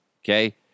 okay